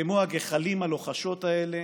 כמו הגחלים הלוחשות האלה.